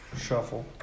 shuffle